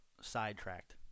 sidetracked